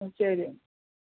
മ് ശരി